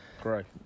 Correct